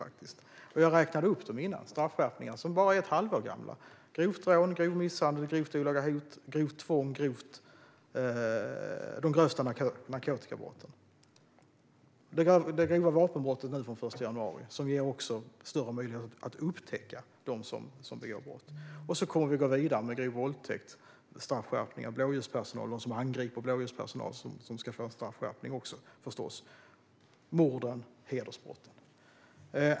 Jag har räknat upp straffskärpningarna som bara är ett halvår gamla: grovt rån, grov misshandel, grovt olaga hot, grovt tvång, de grövsta narkotikabrotten och så det grova vapenbrottet nu från den 1 januari, som också ger större möjlighet att upptäcka dem som begår brott. Vi kommer att gå vidare med straffskärpning för grov våldtäkt och förstås för dem som angriper blåljuspersonal. Det handlar även om straffskärpningar för mord och hedersbrott.